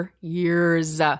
years